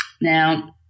Now